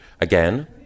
again